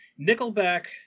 Nickelback